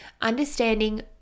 understanding